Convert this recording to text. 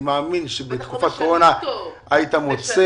אני מאמין שבתקופת קורונה היית מוצא